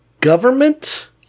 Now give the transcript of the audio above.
government